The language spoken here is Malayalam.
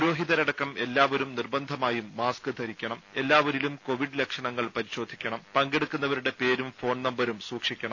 പുരോഹിതരടക്കം എല്ലാവരും നിർബന്ധമായും മാസ്ക് ധരിക്കണം എല്ലാവരിലും കോവിഡ് ലക്ഷണങ്ങൾ പരിശോധിക്കണം പങ്കെടുക്കുന്നവരുടെ പേരും ഫോൺ നമ്പരും സൂക്ഷിക്കണം